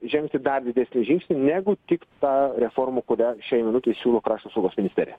žengti dar didesnį žingsnį negu tik ta reforma kurią šiai minutei siūlo krašto apsaugos ministerija